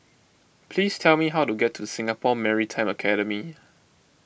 please tell me how to get to Singapore Maritime Academy